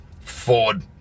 ford